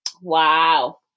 Wow